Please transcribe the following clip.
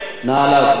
בבקשה.